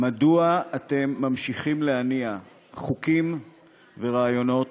מדוע אתם ממשיכים להניע חוקים ורעיונות